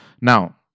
Now